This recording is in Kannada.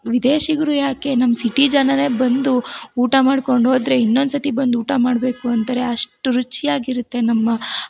ವಿದೇಶಿಗರು ಯಾಕೆ ನಮ್ಮ ಸಿಟಿ ಜನರೇ ಬಂದು ಊಟ ಮಾಡ್ಕೊಂಡು ಹೋದರೆ ಇನ್ನೊಂದು ಸತಿ ಬಂದು ಊಟ ಮಾಡಬೇಕು ಅಂತಾರೆ ಅಷ್ಟು ರುಚಿಯಾಗಿರುತ್ತೆ ನಮ್ಮ